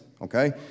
Okay